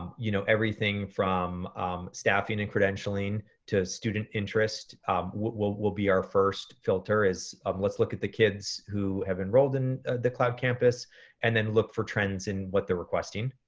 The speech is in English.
um you know everything from staffing and credentialing to student interest will will be our first filter. um let's look at the kids who have enrolled in the cloud campus and then look for trends in what they're requesting.